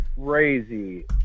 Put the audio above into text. Crazy